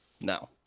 No